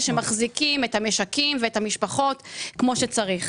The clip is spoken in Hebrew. שמחזיקים את המשקים ואת המשפחות כמו שצריך.